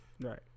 Right